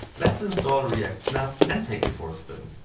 let us install react snap and take it for a spin.